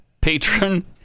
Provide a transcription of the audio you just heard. patron